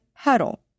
Huddle